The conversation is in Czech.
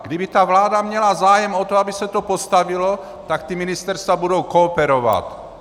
Kdyby ta vláda měla zájem o to, aby se to postavilo, tak ta ministerstva budou kooperovat.